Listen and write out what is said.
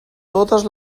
totes